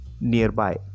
nearby